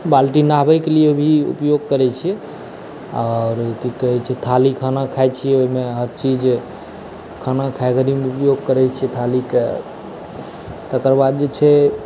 बाल्टी नाहाबय के लिए भी उपयोग करै छियै आओर की कहै छै थाली खाना खाइ छियै ओहिमे हर चीज खाना खाय घरी मे उपयोग करै छियै थालीके तकरबाद जे छै